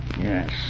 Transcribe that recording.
Yes